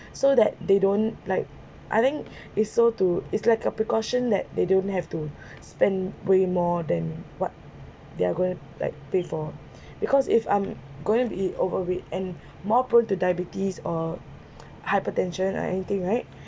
so that they don't like I think is so to is like a precaution that they don't have to spend way more than what they are going like pay for because if I'm going to be overweight and more prone to diabetes or hypertension or anything right